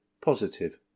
positive